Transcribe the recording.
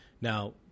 Now